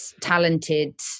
talented